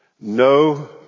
no